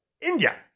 India